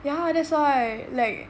ya that's why like